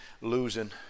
Losing